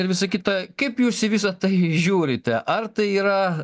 ir visą kitą kaip jūs į visa tai žiūrite ar tai yra